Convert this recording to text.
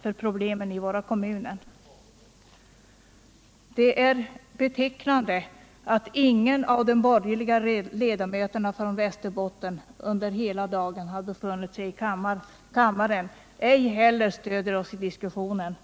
för problemen i våra kommuner. Det är betecknande att ingen av de borgerliga ledamöterna från Västerbotten på hela dagen befunnit sig i kammaren. Ej heller stöder de oss i diskussionen.